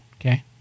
Okay